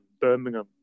Birmingham